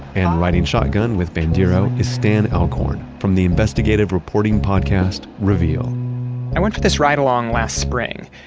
and riding shotgun with bandiero is stan alcorn, from the investigative reporting podcast reveal i went for this ride-along last spring,